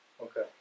Okay